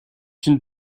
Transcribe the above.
une